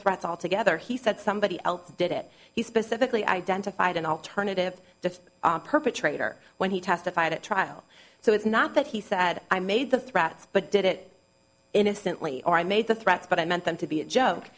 threats altogether he said somebody else did it he specifically identified an alternative the perpetrator when he testified at trial so it's not that he said i made the threats but did it innocently or i made the threats but i meant them to be a joke